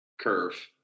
curve